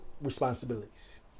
Responsibilities